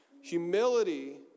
Humility